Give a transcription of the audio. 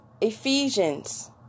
Ephesians